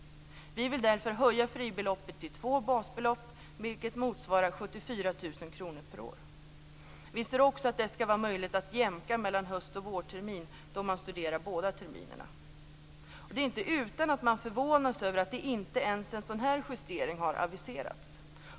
Vi vill därför höja fribeloppet till två basbelopp, vilket motsvarar 74 000 kronor per år. Vi anser också att det skall vara möjligt att jämka mellan höst och vårtermin då man studerar båda terminerna. Det är inte utan att man förvånas över att inte ens en sådan justering aviserats.